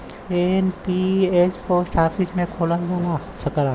NPS post office में खोलल जा सकला